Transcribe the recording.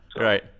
Right